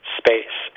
space